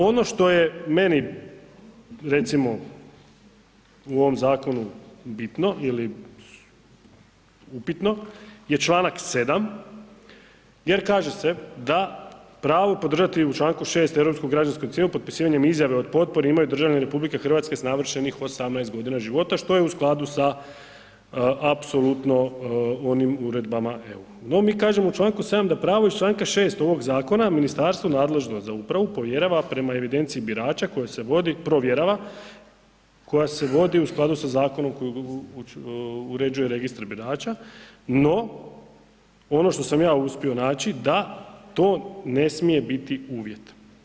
Ono što je meni recimo u ovom zakonu bitno ili upitno je čl. 7. jer kaže se da pravo podržati u čl. 6. Europsku građansku inicijativu potpisivanjem izjave o potpori imaju državljani RH s navršenih 18.g. života, što je u skladu sa apsolutno onim uredbama EU no mi kažemo u čl. 7. da pravo iz čl. 6. ovog zakona, ministarstvo nadležno za upravu, povjerava prema evidenciji birača koje se vodi provjerava, koja se vodi u skladu sa zakonom kojeg uređuje Registar birača no ono što sam ja uspio naći, da to ne smije biti uvjet.